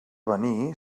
venir